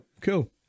cool